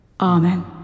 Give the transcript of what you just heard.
Amen